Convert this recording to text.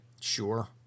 Sure